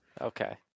Okay